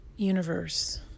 Universe